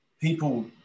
people